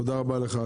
תודה רבה לך,